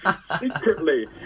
secretly